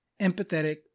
empathetic